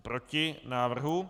Proti návrhu.